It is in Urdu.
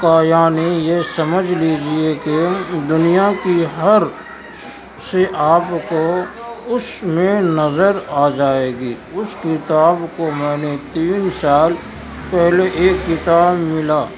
کا یعنی یہ سمجھ لیجیے کہ دنیا کی ہر شی آپ کو اس میں نظر آ جائے گی اس کتاب کو میں نے تین سال پہلے ایک کتاب میلا